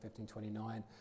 1529